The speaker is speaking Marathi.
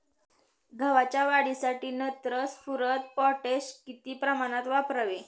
गव्हाच्या वाढीसाठी नत्र, स्फुरद, पोटॅश किती प्रमाणात वापरावे?